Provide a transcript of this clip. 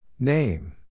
Name